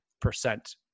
percent